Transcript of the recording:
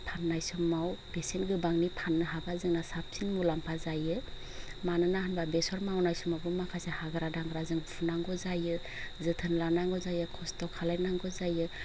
फान्नाय समाव बेसेन गोबांनि फाननो हाबा जोंना साबसिन मुलाम्फा जायो मानोना होमबा बेसर मावनाय समावबो माखासे हाग्रा दांग्रा जों फुनांगौ जायो जोथोन लानांगौ जायो खस्थ' खालायनांगौ जायो